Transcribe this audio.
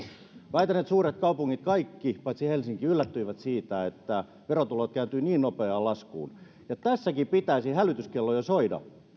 väitän että suuret kaupungit kaikki paitsi helsinki yllättyivät siitä että verotulot kääntyivät niin nopeaan laskuun tässäkin pitäisi hälytyskellojen soida